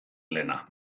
lehena